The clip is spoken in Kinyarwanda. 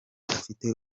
afite